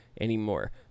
anymore